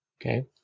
Okay